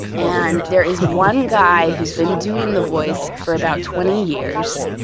and there is one guy who's been doing the voice for about twenty years.